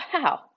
wow